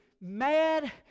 mad